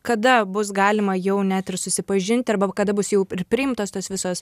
kada bus galima jau net ir susipažinti arba kada bus jau priimtos tos visos